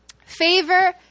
Favor